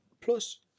Plus